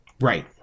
Right